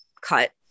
cut